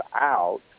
out